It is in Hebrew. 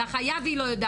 על ה"חייב" היא לא יודעת,